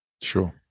Sure